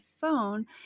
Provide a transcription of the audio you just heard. phone